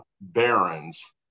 Barons